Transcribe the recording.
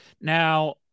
Now